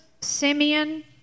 Simeon